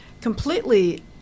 completely